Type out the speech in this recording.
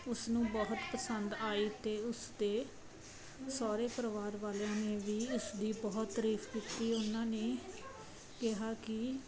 ਉਸਨੂੰ ਬਹੁਤ ਪਸੰਦ ਆਈ ਅਤੇ ਉਸਦੇ ਸਹੁਰੇ ਪਰਿਵਾਰ ਵਾਲਿਆਂ ਨੇ ਵੀ ਇਸਦੀ ਬਹੁਤ ਤਾਰੀਫ ਕੀਤੀ ਉਹਨਾਂ ਨੇ ਕਿਹਾ ਕਿ